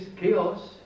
chaos